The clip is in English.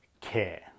care